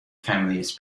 families